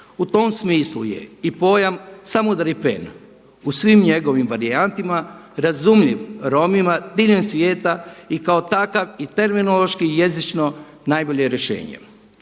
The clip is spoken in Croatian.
U tom smislu je i pojam „Samudaripen“ u svim njegovim varijantama razumljiv Romima diljem svijeta i kao takav i terminološki i jezično najbolje rješenje.